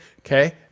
okay